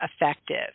effective